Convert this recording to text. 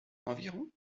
environ